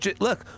look